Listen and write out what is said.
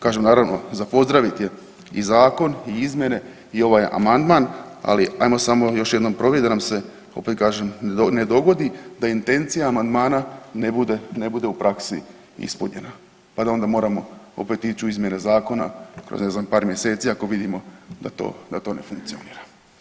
Kažem naravno za pozdravit je i zakon i izmjene i ovaj amandman, ali ajmo samo još jednom provjerit da nam se opet kažem ne dogodi da intencija amandmana ne bude, ne bude u praksi ispunjena pa da onda moramo opet ići u izmjene zakona kroz ne znam par mjeseci ako vidimo da to, da to ne funkcionira.